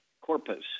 corpus